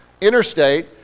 interstate